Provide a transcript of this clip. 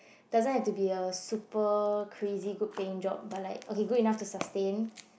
doesn't have to be a super crazy good paying job but like okay good enough to sustain